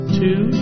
two